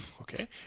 Okay